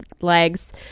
legs